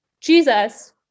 Jesus